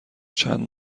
چند